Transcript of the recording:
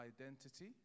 identity